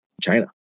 china